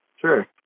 Sure